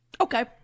Okay